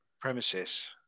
premises